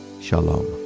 Shalom